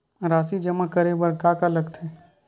राशि जमा करे बर का का लगथे?